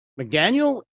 McDaniel